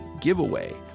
giveaway